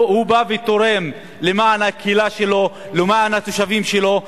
הוא בא ותורם למען הקהילה שלו, למען התושבים שלו.